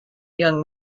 young